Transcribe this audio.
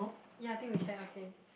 ya I think we chair okay